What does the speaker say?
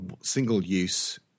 single-use